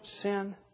sin